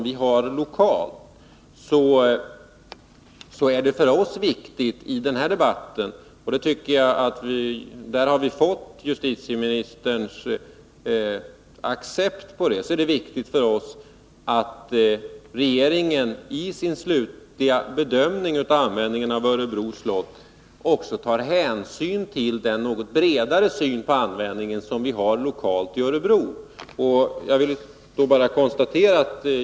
Jag tycker att vi i denna debatt har fått en bekräftelse från justitieministern på att regeringen i sin slutliga bedömning av användningen av Örebro slott kommer att ta hänsyn till den bredare syn på slottets användning som vi har på lokalt håll i Örebro, och det är viktigt för oss att understryka detta.